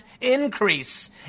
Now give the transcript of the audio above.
increase